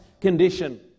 condition